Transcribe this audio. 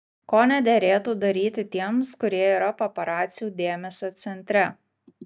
ko nederėtų daryti tiems kurie yra paparacių dėmesio centre